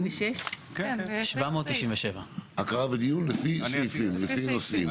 797. הקראה ודיון לפי סעיפים, לפי נושאים.